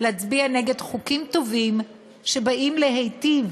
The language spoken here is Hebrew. להצביע נגד חוקים טובים שבאים להיטיב